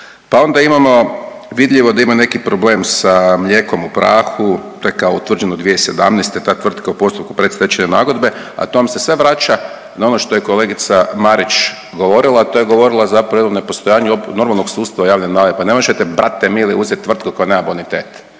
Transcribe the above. Pa onda imamo vidljivo da ima neki problem sa mlijekom u prahu, to ja kao utvrđeno 2017. ta tvrtka u postupku predstečajne nagodbe, a to vam se sve vraća na ono što je kolegica Marić govorila, a to je govorila zapravo o jednom nepostojanu normalnog sustava javne nabave. Pa ne možete brati mili uzet tvrtku koja nema bonitet,